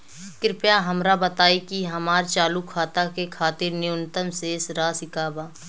कृपया हमरा बताइ कि हमार चालू खाता के खातिर न्यूनतम शेष राशि का बा